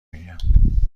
میگم